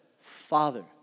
Father